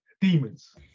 demons